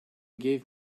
gave